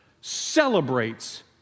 celebrates